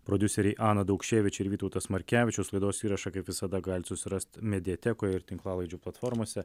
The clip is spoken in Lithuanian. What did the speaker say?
prodiuseriai ana daukševič ir vytautas markevičius laidos įrašą kaip visada galit susirast mediatekoje ir tinklalaidžių platformose